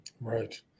Right